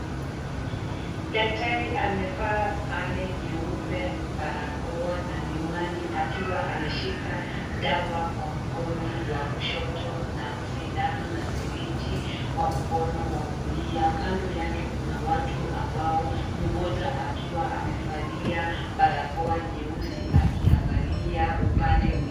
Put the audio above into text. Daktari amevaa sare nyeupe, barakoa na miwani akiwa ameshika dawa kwa mkono wa kushoto na sindano na sirinji kwa mkono wa kulia. Kando yake kuna watu ambao mmoja akiwa amevalia barakoa nyeusi akiangalia upande.